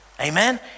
Amen